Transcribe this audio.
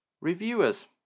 Reviewers